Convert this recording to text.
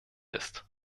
ist